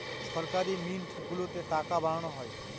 সরকারি মিন্ট গুলোতে টাকা বানানো হয়